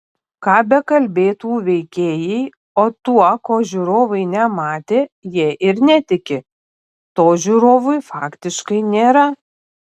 ką bekalbėtų veikėjai o tuo ko žiūrovai nematė jie ir netiki to žiūrovui faktiškai nėra